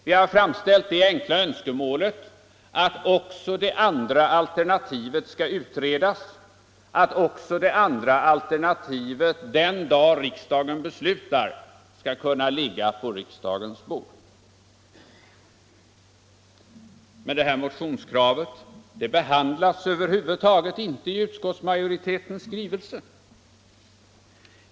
Vi har framfört det enkla önskemålet att också det andra alternativet skall utredas, att också det andra alternativet den dag riksdagen beslutar skall kunna ligga på riksdagens bord. Det här motionskravet behandlas över huvud taget inte i utskottsmajoritetens skrivning.